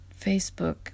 Facebook